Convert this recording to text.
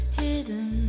hidden